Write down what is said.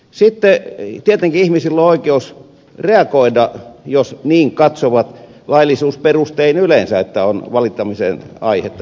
sitten tietenkin ihmisillä on oikeus reagoida jos niin katsovat laillisuusperustein yleensä että on valittamisen aihetta